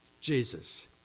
Jesus